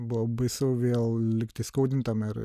buvo baisu vėl likti įskaudintam ir